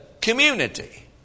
community